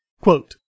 Quote